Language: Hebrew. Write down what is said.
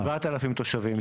7,000 תושבים.